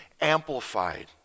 amplified